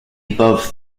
above